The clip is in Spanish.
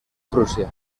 prusia